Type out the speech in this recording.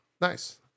Nice